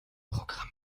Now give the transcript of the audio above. programm